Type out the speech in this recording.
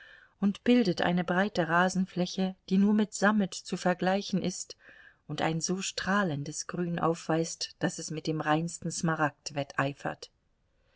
und bildet eine breite rasenfläche die nur mit sammet zu vergleichen ist und ein so strahlendes grün aufweist daß es mit dem reinsten smaragd wetteifert